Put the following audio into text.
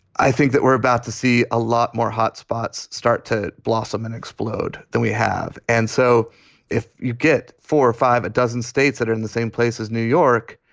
i think that we're about to see a lot more hot spots start to blossom and explode than we have. and so if you get four or five, a dozen states that are in the same place as new york,